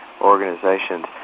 organizations